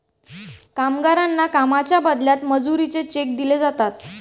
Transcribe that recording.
कामगारांना कामाच्या बदल्यात मजुरीचे चेक दिले जातात